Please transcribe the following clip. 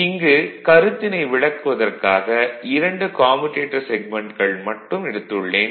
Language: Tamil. இங்கு கருத்தினை விளக்குவதற்காக இரண்டு கம்யூடேட்டர் செக்மென்ட்கள் மட்டும் எடுத்துள்ளேன்